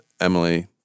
Emily